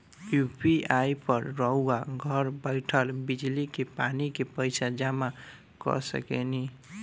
UPI पर रउआ घर बईठल बिजली, पानी के पइसा जामा कर सकेनी